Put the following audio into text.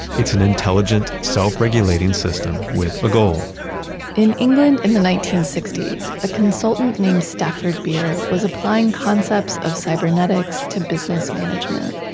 it's an intelligent, self-regulating system with a goal in england in the nineteen sixty s, a consultant named stafford beer was applying concepts of cybernetics to business management.